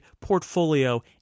portfolio